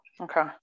Okay